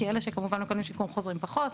כי אלה שכמובן מקבלים שיקום חוזרים פחות,